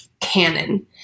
canon